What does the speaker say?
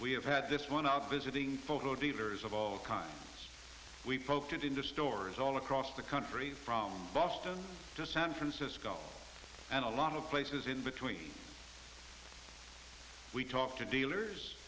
have had this one out visiting photo dealers of all kinds we poked it into stores all across the country from boston to san francisco and a lot of places in between we talked to dealers